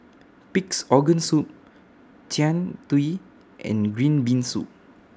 Pig'S Organ Soup Jian Dui and Green Bean Soup